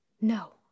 no